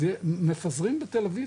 מפזרים בתל אביב,